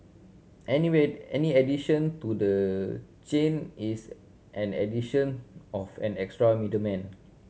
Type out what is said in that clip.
anyway any addition to the chain is an addition of an extra middleman